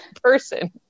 person